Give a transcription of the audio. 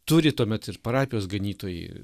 turi tuomet ir parapijos ganytojai